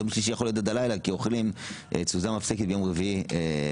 יום שלישי יכול להיות עד הלילה כי אוכלים סעודה מפסקת ביום רביעי בערב